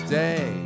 day